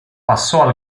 passò